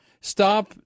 stop